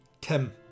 Tim